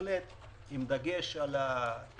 בהחלט עם דגש על הפריפריה,